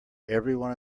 everyone